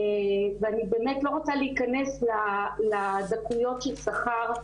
ואני באמת לא רוצה להיכנס לדקויות של שכר,